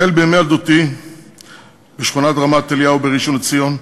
החל בימי ילדותי בשכונת רמת-אליהו בראשון-לציון,